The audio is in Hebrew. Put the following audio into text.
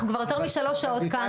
אנחנו כבר יותר משלוש שעות כאן.